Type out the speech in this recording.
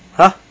!huh!